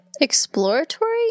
exploratory